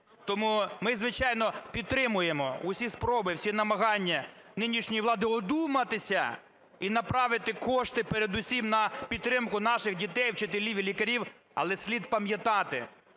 Тому ми, звичайно, підтримуємо усі спроби, усі намагання нинішньої влади одуматися і направити кошти передусім на підтримку наших дітей, вчителів і лікарів. Але слід пам'ятати,